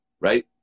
right